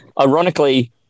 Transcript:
Ironically